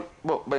אבל זה להמשך.